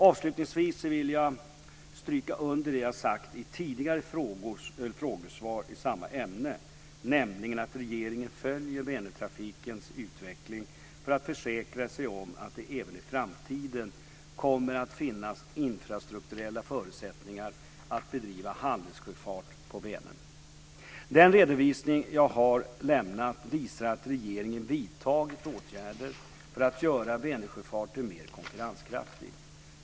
Avslutningsvis vill jag stryka under det jag sagt i tidigare frågesvar i samma ämne, nämligen att regeringen följer Vänertrafikens utveckling för att försäkra sig om att det även i framtiden kommer att finnas infrastrukturella förutsättningar att bedriva handelssjöfart på Vänern. Den redovisning jag har lämnat visar att regeringen vidtagit åtgärder för att göra Vänersjöfarten mer konkurrenskraftig.